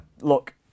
look